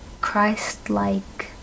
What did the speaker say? Christ-like